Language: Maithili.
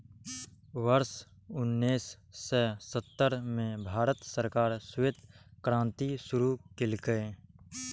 वर्ष उन्नेस सय सत्तर मे भारत सरकार श्वेत क्रांति शुरू केलकै